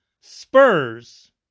Spurs